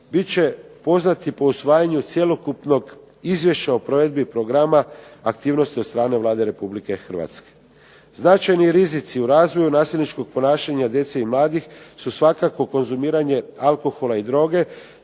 bit će poznati po usvajanju cjelokupnog izvješća o provedbi programa aktivnosti od strane Vlade Republike Hrvatske. Značajni rizici u razvoju nasilničkog ponašanja djece i mladih su svakako konzumiranje alkohola i droge,